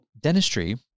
dentistry